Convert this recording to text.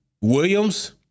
Williams